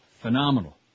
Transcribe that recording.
Phenomenal